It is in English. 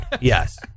Yes